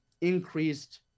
increased